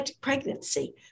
pregnancy